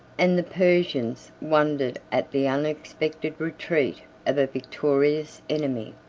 and the persians wondered at the unexpected retreat of a victorious enemy.